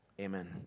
amen